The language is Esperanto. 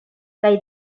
kaj